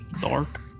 Dark